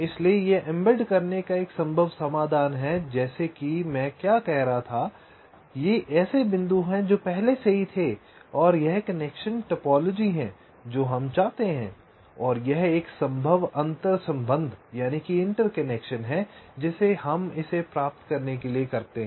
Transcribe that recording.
इसलिए यह एम्बेड करने का एक संभव समाधान है जैसे कि मैं क्या कह रहा था कि ये ऐसे बिंदु हैं जो पहले से ही थे और यह कनेक्शन टोपोलॉजी है जो हम चाहते हैं और यह एक संभव अंतरसंबंध है जिसे हम इसे प्राप्त करने के लिए करते हैं